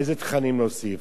איזה תכנים להוסיף.